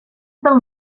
del